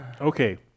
okay